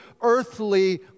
earthly